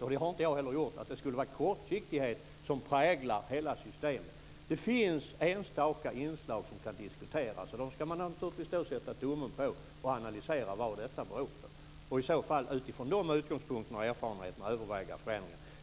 och det har jag inte heller gjort, att det skulle vara kortsiktighet som präglar hela systemet. Det finns enstaka inslag som kan diskuteras. Dem ska man naturligtvis sätta tummen på och analysera vad det beror på och i så fall utifrån de utgångspunkterna och erfarenheterna överväga förändringar.